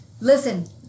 Listen